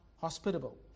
hospitable